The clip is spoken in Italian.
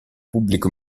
pubblico